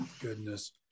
Goodness